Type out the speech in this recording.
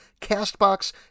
CastBox